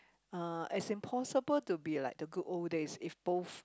uh as in possible to be like the good old days if both